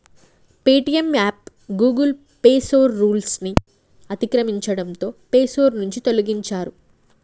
Paytm app Google play store rules ని అతిక్రమించడంతో play store నుంచి తొలగించారు